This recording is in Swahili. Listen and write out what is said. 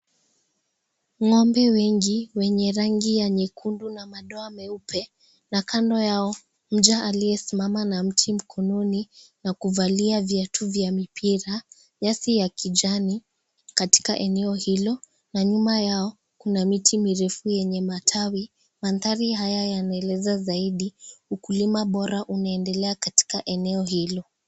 Ng'ombe wengi wenye rangi ya nyekundu na madoa meupe na kando yao mja aliyesimama na mti mkononi na kuvalia viatu vya mipira, nyasi ya kijani katika eneo hilo na nyuma yao kuna miti mirefu yenye matawi, mandhari haya yanaeleza zaidi ukulima bora unaendelea katika eneo hilo.